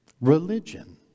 religion